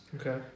Okay